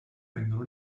vengono